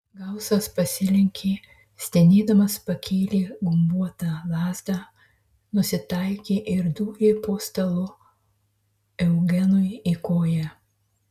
gausas pasilenkė stenėdamas pakėlė gumbuotą lazdą nusitaikė ir dūrė po stalu eugenui į koją